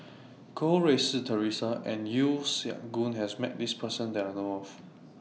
Goh Rui Si Theresa and Yeo Siak Goon has Met This Person that I know of